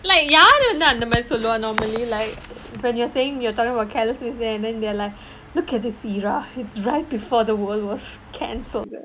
like யாரு வந்து அந்த மாதிரி சொல்லுவா:yaaru vanthu antha maathiri solluvaa normally like when you're saying you are talking about careless mistake and then they are like look at this era it's right before the world was cancelled